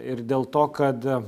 ir dėl to kad